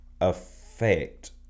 affect